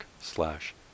slash